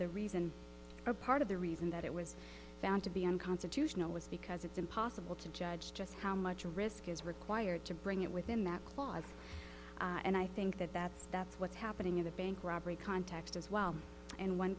the reason or part of the reason that it was found to be unconstitutional is because it's impossible to judge just how much risk is required to bring it within that clause and i think that that's that's what's happening in the bank robbery context as well and one